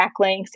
backlinks